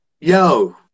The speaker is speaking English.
Yo